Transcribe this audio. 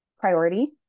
priority